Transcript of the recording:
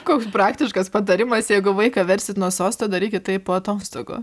koks praktiškas patarimas jeigu vaiką versit nuo sosto darykit tai po atostogų